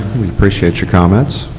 appreciate your comments.